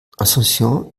asunción